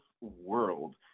world